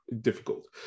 difficult